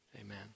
Amen